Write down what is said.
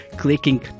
clicking